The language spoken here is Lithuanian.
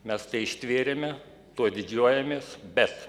mes tai ištvėrėme tuo didžiuojamės bet